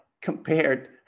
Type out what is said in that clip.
compared